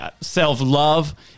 self-love